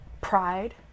pride